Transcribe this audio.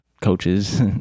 coaches